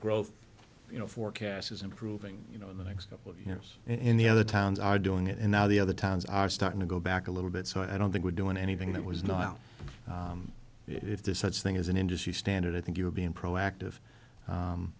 growth you know forecasts is improving you know in the next couple of years in the other towns are doing it and now the other towns are starting to go back a little bit so i don't think we're doing anything that was not well if there's such thing as an industry standard i think you're being proactive